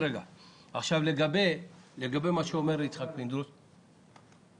לגבי מה שאומר חבר